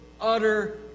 utter